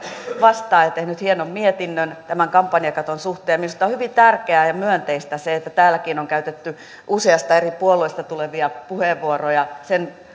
vastaan ja tehnyt hienon mietinnön tämän kampanjakaton suhteen minusta on hyvin tärkeää ja myönteistä se että täälläkin on käytetty useasta eri puolueesta tulevia puheenvuoroja sen